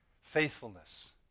faithfulness